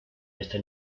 esta